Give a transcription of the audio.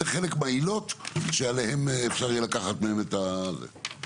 זה חלק מהעילות שעליהן אפשר יהיה לקחת מהם את הסמכות.